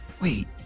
Wait